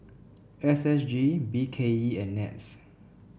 S S G B K E and NETS